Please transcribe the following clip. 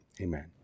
amen